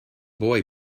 boy